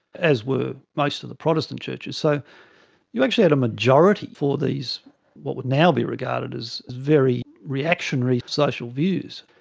as were most of the protestant churches. so you actually had a majority for these what would now be regarded as very reactionary social views.